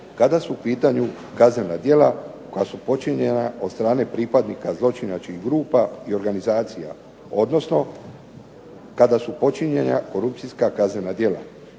kada su u pitanju kaznena djela koja su počinjena od strane pripadnika zločinačkih grupa i organizacija, odnosno kada su počinjena korupcijska kaznena djela.